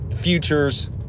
futures